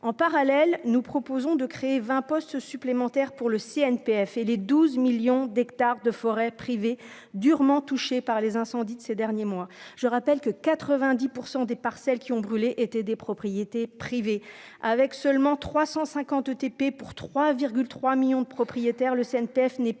en parallèle, nous proposons de créer 20 postes supplémentaires pour le CNPF et les 12 millions d'hectares de forêts privées, durement touchée par les incendies de ces derniers mois, je rappelle que 90 % des parcelles qui ont brûlé étaient des propriétés privées, avec seulement 350 ETP pour 3,3 millions de propriétaires, le CNPF n'est